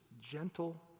gentle